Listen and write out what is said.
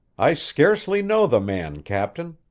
i scarcely know the man, captain.